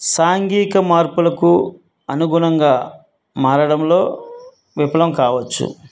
సాంఘీక మార్పులకు అనుగుణంగా మారడంలో విఫలం కావచ్చు